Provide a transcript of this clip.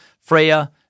Freya